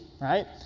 right